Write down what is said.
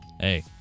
Hey